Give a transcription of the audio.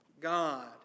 God